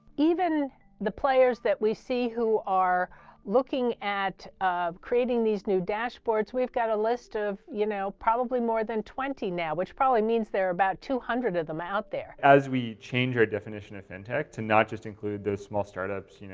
even the players that we see who are looking at creating these new dashboards, we've got a list of, you know, probably more than twenty now, which probably means there are about two hundred of them out there. as we change our definition of fintech to not just include those small startups, you know,